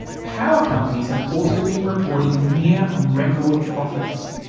power companies have also been reporting near record profits.